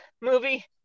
movie